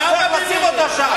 אותה שם,